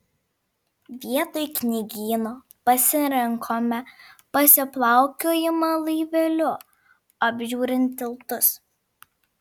vietoj knygyno pasirinkome pasiplaukiojimą laiveliu apžiūrint tiltus